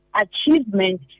achievement